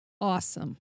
awesome